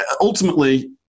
ultimately